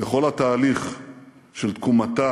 בכל התהליך של תקומתה